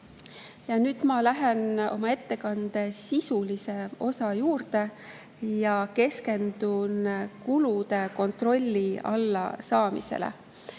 Nüüd lähen ma oma ettekande sisulise osa juurde ja keskendun kulude kontrolli alla saamisele.